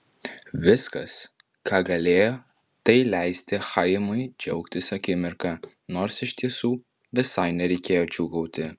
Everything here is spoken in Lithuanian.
viskas ką galėjo tai leisti chaimui džiaugtis akimirka nors iš tiesų visai nereikėjo džiūgauti